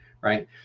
right